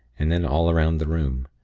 and then all round the room.